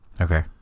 Okay